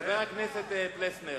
חבר הכנסת פלסנר,